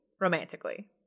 romantically